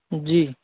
जी